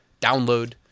download